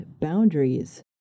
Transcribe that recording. boundaries